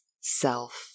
self